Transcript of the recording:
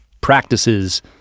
practices